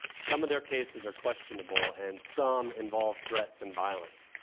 some of their cases are questionable and some involve threats and violence.